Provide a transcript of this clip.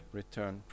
return